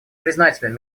признателен